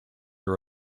are